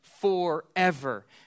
forever